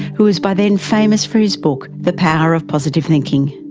who was by then famous for his book the power of positive thinking.